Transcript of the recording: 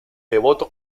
devoto